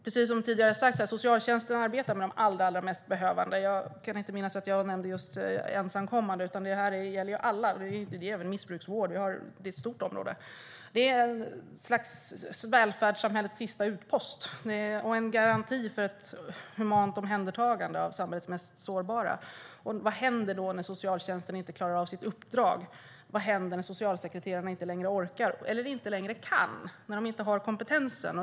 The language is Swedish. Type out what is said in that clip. Precis som har sagts här arbetar socialtjänsten med de allra mest behövande. Jag kan inte minnas att jag nämnde just ensamkommande, utan det gäller alla. Det är även fråga om missbruksvård. Det är ett stort område. Det här är ett slags välfärdssamhällets sista utpost och en garanti för ett humant omhändertagande av samhällets mest sårbara. Vad händer då när socialtjänsten inte klarar av sitt uppdrag? Vad händer när socialsekreterarna inte längre orkar eller inte kan, när de inte har kompetensen?